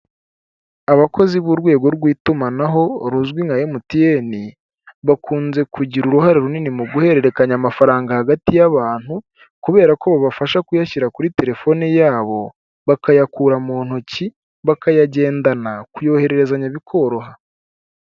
Abakozi b'urwego rw'itumanaho ruzwi nka MTN, bakunze kugira uruhare runini mu guhererekanya amafaranga hagati y'abantu kubera ko babafasha kuyashyira kuri terefone yabo, bakayakura mu ntoki, bakayagendana, kuyohererezanya bikoroha.